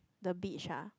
the beach ah